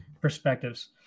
perspectives